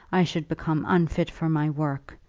i should become unfit for my work.